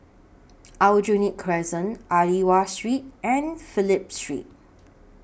Aljunied Crescent Aliwal Street and Phillip Street